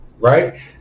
right